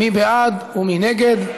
מי בעד ומי נגד?